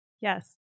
Yes